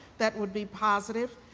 that would be positive,